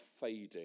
fading